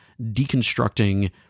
deconstructing